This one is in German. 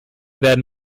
werden